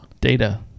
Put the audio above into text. Data